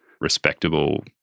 respectable